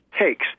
takes